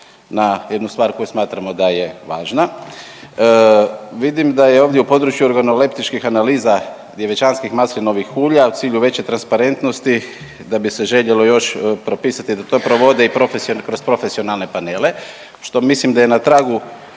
na jednu stvar koju smatramo da je važna. Vidim da je ovdje u području …/Govornik se ne razumije./… analiza djevičanskih maslinovih ulja u cilju veće transparentnosti da bi se željelo još propisati da to provode kroz profesionalne panele što mislim da je na tragu